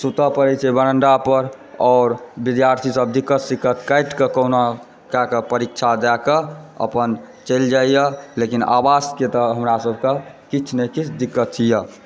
सुतय पड़ै छै बरन्दापर आओर विद्यार्थीसभ दिक्कत सिक्कत काटिके कोहुना कयकै परीक्षा दए के अपन चलि जाइए लेकिन आवासके तऽ हमरा सभकें किछु नहि किछु दिक्कतए